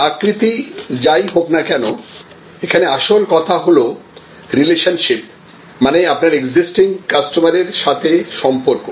এর আকৃতি যাই হোক না কেন এখানে আসল কথা হল রিলেশনশিপ মানে আপনার এক্সিস্টিং কাস্টমারের সাথে সম্পর্ক